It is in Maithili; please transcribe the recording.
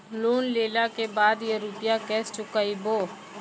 लोन लेला के बाद या रुपिया केसे चुकायाबो?